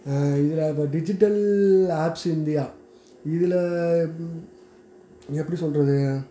இதில் இப்போ digital apps India இதில் எப்படி சொல்வது